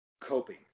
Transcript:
Coping